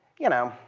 you know,